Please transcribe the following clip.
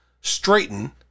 straighten